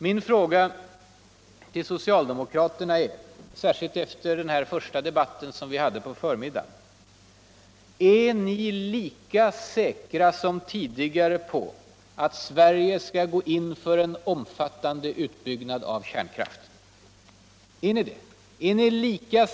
Min fråga till socialdemokraterna är. särskilt efter debatten i förmiddags: Är ni lika säkra som tidigare i valrörelsen på att Sverige bör gå in för en omfattande utbyggnad av kärnkraft?